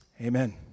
Amen